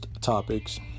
topics